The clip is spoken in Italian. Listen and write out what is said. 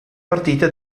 partite